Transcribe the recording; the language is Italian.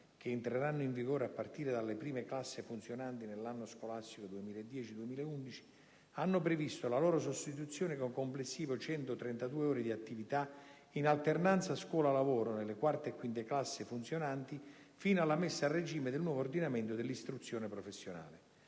che entreranno in vigore a partire dalle prime classi funzionanti nell'anno scolastico 2010-2011, hanno previsto la loro sostituzione con complessive 132 ore di attività in alternanza scuola-lavoro nelle quarte e quinte classi funzionanti, fino alla messa a regime del nuovo ordinamento dell'istruzione professionale.